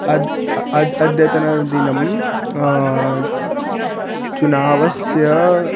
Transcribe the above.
अद् अद् अद्यतनदिनं चुनावस्य